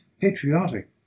patriotic